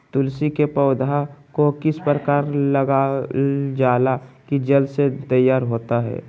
तुलसी के पौधा को किस प्रकार लगालजाला की जल्द से तैयार होता है?